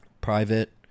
private